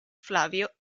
flavio